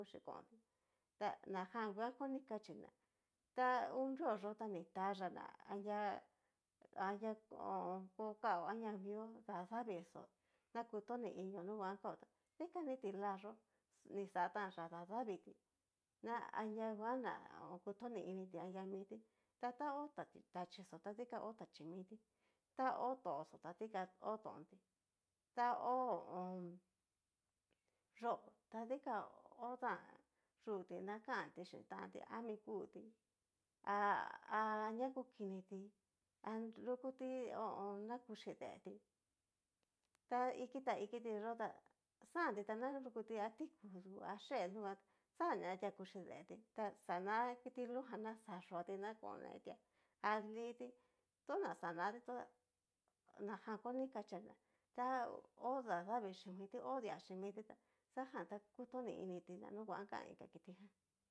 Kuchi konti ta najan nguan koni kachí ná, ta ngu drios yó ta ni tayia ná anri anri kokao anria mio dadavii xó'o na kutoni inio nunguan kao tá dika ni ti'la yó ni xa tan yá dadavii tí ña anringuan na kutoni initi anria miti ta taó tachí xó ta dikan hó tachí mití ta hó toxo ta dikan hó tonti ta ho o on. yó'o ta dikan otan yuti na kanti xin tanti ami kuti ha ha ña kukinití ta nrukuti na kuchí dee tí ta iki ta ikiti yó ta xanti na nrukuti a tikudu a yee nunguan xanetia kuchí keeti ta xana kiti lujan na xá yuati na konetía adi'i ti otna xanatí toda najan konikachí ná ta hó dadavii xhi miti ho día xhi miti xajan ta kutoni initi ná nunguan kan inka kiti ján.